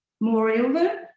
Moreover